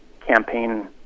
campaign